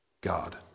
God